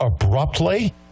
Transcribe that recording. abruptly